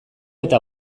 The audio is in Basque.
eta